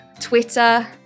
Twitter